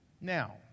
Now